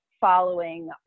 following